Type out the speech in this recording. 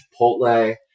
Chipotle